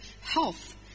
health